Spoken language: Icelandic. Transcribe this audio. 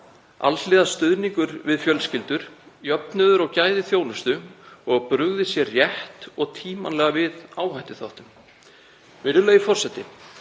alhliða stuðningur við fjölskyldur, jöfnuður og gæði þjónustu og að brugðist sé rétt og tímanlega við áhættuþáttum. Virðulegi forseti.